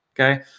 okay